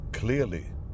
clearly